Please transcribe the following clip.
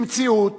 במציאות